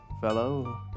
fellow